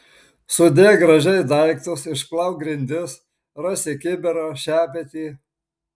sudėk gražiai daiktus išplauk grindis rasi kibirą šepetį